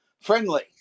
friendly